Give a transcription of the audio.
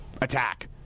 attack